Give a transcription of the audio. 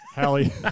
Hallie